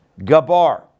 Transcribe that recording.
Gabar